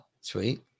sweet